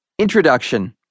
Introduction